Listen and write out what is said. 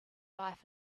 life